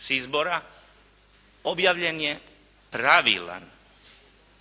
s izbora objavljen je pravilan stvaran